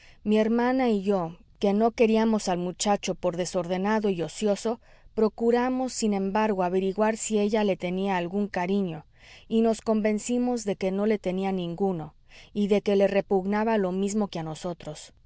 mi hermana y yo que no queríamos al muchacho por desordenado y ocioso procuramos sin embargo averiguar si ella le tenía algún cariño y nos convencimos de que no le tenía ninguno y de que le repugnaba lo mismo que a nosotros